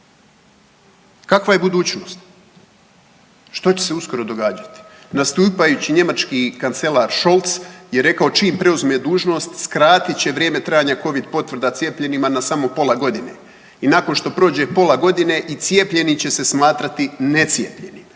Kakva je budućnost? Što će se uskoro događati? Nastupajući njemački kancelar Scholz je rekao čim preuzme dužnost skratit će vrijeme trajanja Covid potvrda cijepljenima na samo pola godine i nakon što prođe pola godine i cijepljeni će se smatrati necijepljenim.